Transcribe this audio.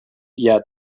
yet